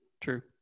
True